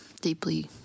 deeply